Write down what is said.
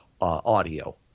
audio